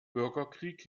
bürgerkrieg